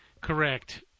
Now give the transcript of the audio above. Correct